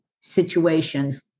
situations